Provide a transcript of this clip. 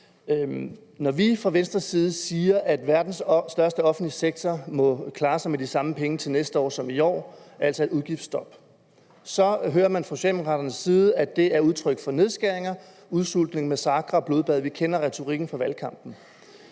Når vi fra Venstres side siger, at verdens største offentlige sektor må klare sig med de samme penge til næste år som i år, altså et udgiftsstop, hører man fra Socialdemokraternes side, at det er udtryk for nedskæringer, udsultning, massakre og blodbad – vi kender retorikken fra valgkampen.